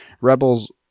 Rebels